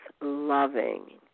loving